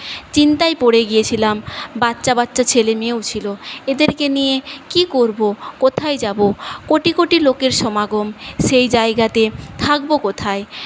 চিন্তায় পড়ে গিয়েছিলাম বাচ্চা বাচ্চা ছেলে মেয়েও ছিল এদেরকে নিয়ে কী করব কোথায় যাব কোটি কোটি লোকের সমাগম সেই জায়গাতে থাকব কোথায়